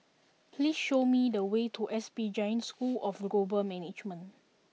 please show me the way to S P Jain School of Global Management